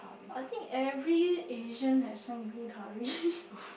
I think every asian has some green curry